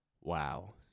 Wow